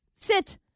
Sit